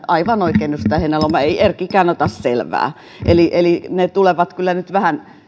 aivan oikein edustaja heinäluoma ei kyllä erkkikään ota selvää eli eli ne tulevat kyllä nyt vähän